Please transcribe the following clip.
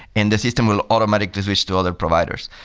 and the system will automatically switch to other providers.